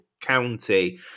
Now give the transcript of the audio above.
County